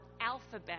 Alphabet